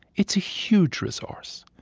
it's a huge resource.